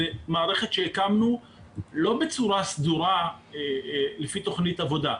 זו מערכת שהקמנו לא בצורה סדורה לפי תכנית עבודה,